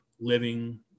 living